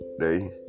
day